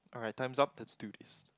alright time's up lets do this